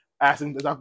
asking